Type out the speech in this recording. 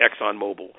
ExxonMobil